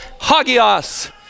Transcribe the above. hagios